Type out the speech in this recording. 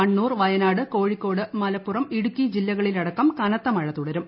കണ്ണൂർ വയനാട് കോഴിക്കോട് മലപ്പുറം ഇടുക്കി് ജില്ലകളിലടക്കം കനത്ത മഴ തുടരും